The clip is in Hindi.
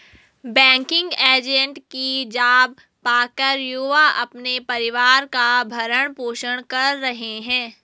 बैंकिंग एजेंट की जॉब पाकर युवा अपने परिवार का भरण पोषण कर रहे है